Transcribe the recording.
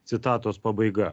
citatos pabaiga